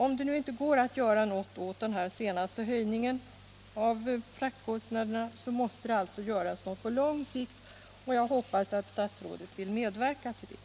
Om det nu inte går att göra något åt den senaste höjningen av fraktkostnaderna, måste det alltså göras något på lång sikt. Jag hoppas att statsrådet vill medverka till det.